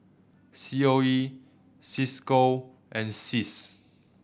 C O E Cisco and CIS